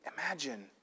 Imagine